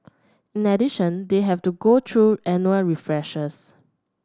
in addition they have to go through annual refreshers